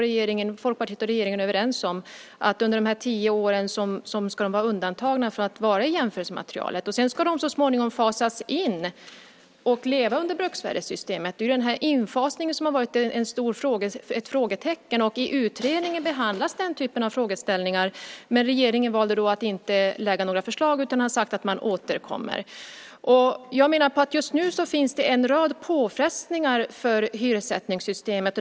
Regeringen och Folkpartiet är ju överens om att de under tio år ska vara undantagna från att vara med i jämförelsematerialet. Sedan ska de så småningom fasas in och vara under bruksvärdessystemet. Det är infasningen som har varit ett stort frågetecken. I utredningen behandlas den typen av frågeställningar. Men regeringen valde att inte lägga fram några förslag utan har sagt att man återkommer. Just nu finns det en rad påfrestningar för hyressättningssystemet.